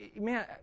Man